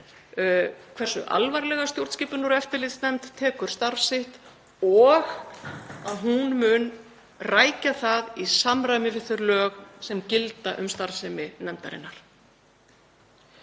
hversu alvarlega stjórnskipunar- og eftirlitsnefnd tekur starf sitt og að hún mun rækja það í samræmi við þau lög sem gilda um starfsemi nefndarinnar.